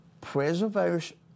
preservation